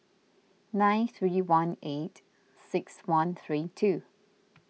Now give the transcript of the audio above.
nine three one eight six one three two